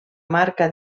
marca